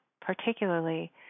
particularly